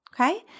okay